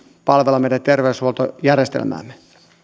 palvella meidän terveydenhuoltojärjestelmäämme